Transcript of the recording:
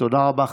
תודה רבה.